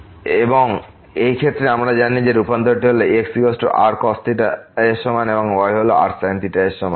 সুতরাং এই ক্ষেত্রে আমরা জানি যে রূপান্তরটি x হল rcos theta এর সমান এবং y হল rsin theta এর সমান